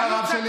מי הרב שלי?